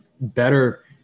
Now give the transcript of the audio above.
better